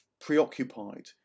preoccupied